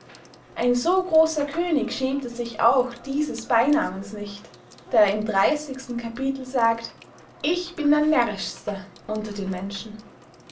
ein so grosser könig schämte sich auch dieses beynamens nicht da er im dreißigsten capitel sagt ich bin der närrischste unter den menschen